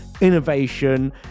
innovation